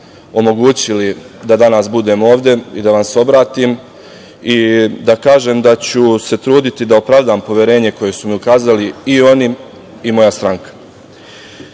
glasom omogućili da danas budem ovde i da vam se obratim i da kažem da ću se truditi da opravdam poverenje koje su mi ukazali i oni i moja stranka. Neću